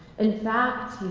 in fact,